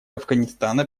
афганистана